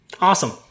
awesome